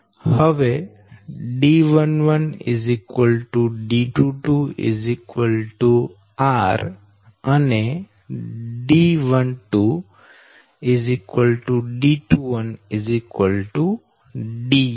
હવે D11 D22 r D12 D21 D છે